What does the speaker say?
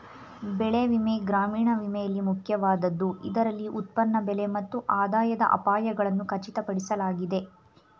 ಬೆಳೆ ವಿಮೆ ಗ್ರಾಮೀಣ ವಿಮೆಯಲ್ಲಿ ಮುಖ್ಯವಾದದ್ದು ಇದರಲ್ಲಿ ಉತ್ಪನ್ನ ಬೆಲೆ ಮತ್ತು ಆದಾಯದ ಅಪಾಯಗಳನ್ನು ಖಚಿತಪಡಿಸಲಾಗಿದೆ